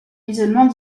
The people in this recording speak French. isolement